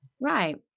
Right